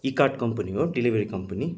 Ekart company हो delivery company